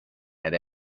had